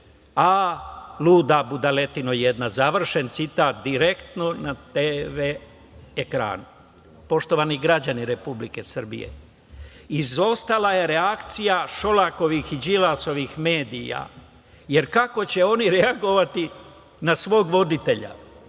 a luda budaletino jedna“, završen citat, direktno na TV ekranu. Poštovani građani Republike Srbije, izostala je reakcija Šolakovih i Đilasovih medija, jer kako će oni reagovati na svog voditelja?